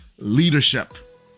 Leadership